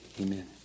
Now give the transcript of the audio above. Amen